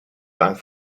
bank